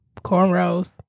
cornrows